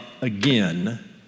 again